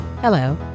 Hello